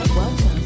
Welcome